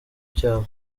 cyabo